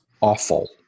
awful